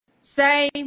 say